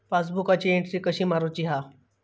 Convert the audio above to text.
पासबुकाची एन्ट्री कशी मारुची हा?